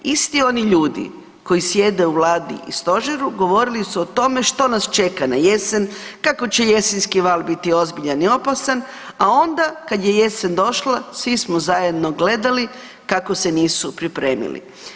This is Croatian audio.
Isti ioni ljudi koji sjede u Vladi u Stožeru govorili o tome što nas čeka na jesen, kako će jesenski val biti ozbiljan i opasan a onda kad je jesen došla, svi zajedno gledali kako se nisu pripremili.